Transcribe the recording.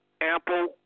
ample